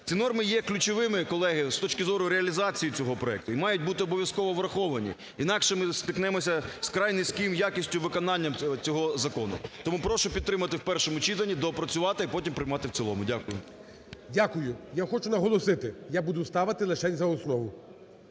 Ці норми є ключовими, колеги, з точки зору реалізації цього проекту і мають бути обов'язково враховані, інакше ми стикнемося з вкрай низькою якістю виконання цього закону. Тому прошу підтримати в першому читанні, доопрацювати, а потім приймати в цілому. Дякую. ГОЛОВУЮЧИЙ. Дякую. Я хочу наголосити: я буду ставити лишень на основу.